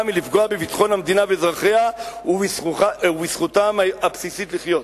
מלפגוע בביטחון המדינה ואזרחיה ובזכותם הבסיסית לחיות.